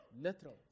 literal